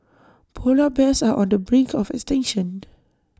Polar Bears are on the brink of extinction